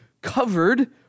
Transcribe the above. covered